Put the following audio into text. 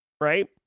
right